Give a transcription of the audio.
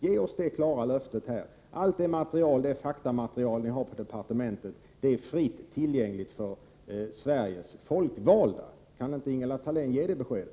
Ge oss här det klara löftet att allt det faktamaterial som ni har på departementet är fritt tillgängligt för Sveriges folkvalda! Kan inte Ingela Thalén ge det beskedet?